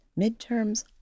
Midterms